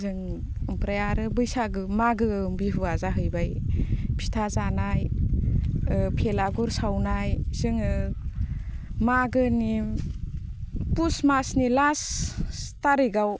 जों ओमफ्राय आरो बैसागु मागो बिहुआ जाहैबाय फिथा जानाय भेलागुर सावनाय जोङो मागोनि फुस मासनि लास्त थारिकआव